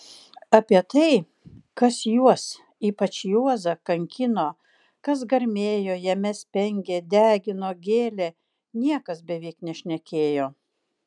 apie tai kas juos ypač juozą kankino kas garmėjo jame spengė degino gėlė niekas beveik nešnekėjo